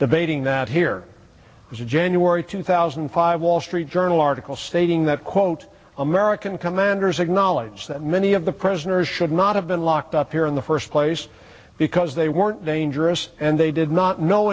debating that here was a january two thousand and five wall street journal article stating that quote american commanders acknowledge that many of the prisoners should not have been locked up here in the first place because they weren't dangerous and they did not know